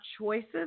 choices